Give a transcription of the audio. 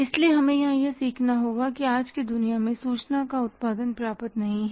इसलिए हमें यहां यह सीखना होगा कि आज की दुनिया में सूचना का उत्पादन पर्याप्त नहीं है